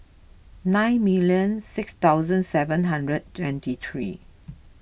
nine million six thousand seven hundred twenty three